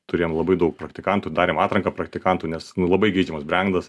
turėjom labai daug praktikantų darėm atranką praktikantų nes labai geidžiamas brendas